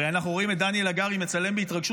הרי אנחנו רואים את דניאל הגרי מצלם בהתרגשות